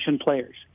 players